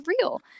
real